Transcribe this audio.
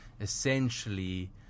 essentially